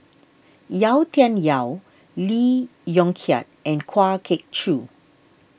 Yau Tian Yau Lee Yong Kiat and Kwa Geok Choo